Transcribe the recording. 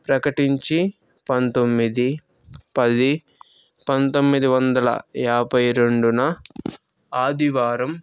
ప్రకటించి పంతొమ్మిది పది పంతొమ్మిది వందల యాభై రెండున ఆదివారం